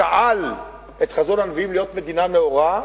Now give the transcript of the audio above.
שאל את חזון הנביאים כדי להיות מדינה נאורה.